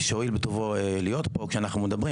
שהואיל בטובו להיות פה כשאנחנו מדבר,